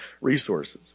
resources